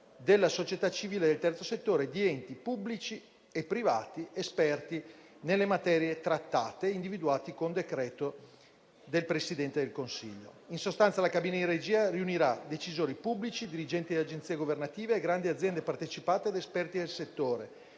della società civile e del Terzo settore, di enti pubblici e privati, esperti nelle materie trattate, individuati con decreto del Presidente del Consiglio. In sostanza la cabina di regia riunirà decisori pubblici, dirigenti delle agenzie governative, grandi aziende partecipate ed esperti del settore,